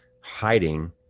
hiding